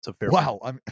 Wow